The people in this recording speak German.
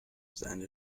seine